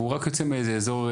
והוא רק יוצא מאיזה אזור,